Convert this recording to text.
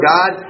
God